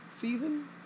season